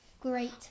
Great